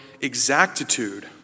exactitude